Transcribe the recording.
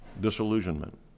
Disillusionment